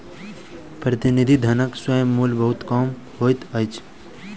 प्रतिनिधि धनक स्वयं मूल्य बहुत कम होइत अछि